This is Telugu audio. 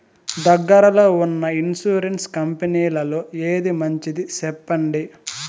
దగ్గర లో ఉన్న ఇన్సూరెన్సు కంపెనీలలో ఏది మంచిది? సెప్పండి?